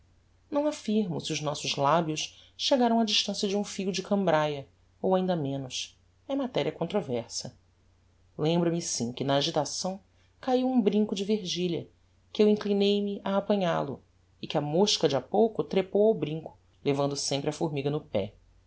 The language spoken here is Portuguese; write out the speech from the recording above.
não affirmo se os nossos labios chegaram á distancia de um fio de cambraia ou ainda menos é matéria controversa lembra-me sim que na agitação caiu um brinco de virgilia que eu inclinei-me a apanhal-o e que a mosca de ha pouco trepou ao brinco levando sempre a formiga no pé